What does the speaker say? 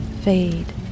fade